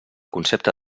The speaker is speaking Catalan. concepte